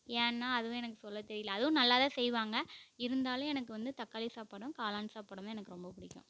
ஏன்னால் அதுவும் எனக்கு சொல்லத் தெரியல அதுவும் நல்லா தான் செய்வாங்க இருந்தாலும் எனக்கு வந்து தக்காளி சாப்பாடும் காளான் சாப்பாடும் தான் எனக்கு ரொம்ப பிடிக்கும்